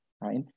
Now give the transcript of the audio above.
right